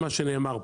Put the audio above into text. מה שנאמר פה,